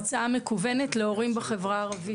הרצאה מכוונת להורים בחברה הערבית.